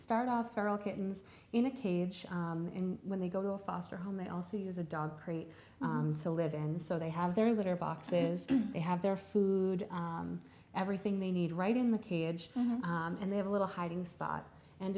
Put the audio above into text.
start off feral kittens in a cage and when they go to a foster home they also use a dog crate to live and so they have their litter boxes they have their food everything they need right in the cage and they have a little hiding spot and